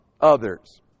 others